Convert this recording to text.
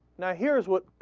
now here's what